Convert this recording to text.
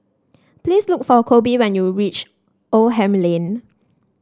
please look for Coby when you reach Oldham Lane